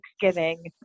Thanksgiving